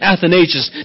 Athanasius